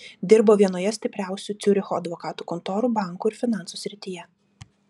dirbo vienoje stipriausių ciuricho advokatų kontorų bankų ir finansų srityje